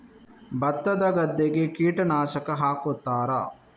ಭತ್ತದ ಗದ್ದೆಗೆ ಕೀಟನಾಶಕ ಹಾಕುತ್ತಾರಾ?